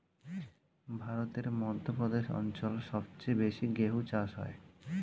ভারতের মধ্য প্রদেশ অঞ্চল সবচেয়ে বেশি গেহু চাষ হয়